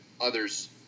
others